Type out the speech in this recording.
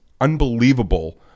unbelievable